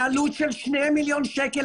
בעלות של שני מיליון שקלים,